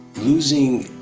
losing